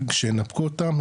שינפקו אותם,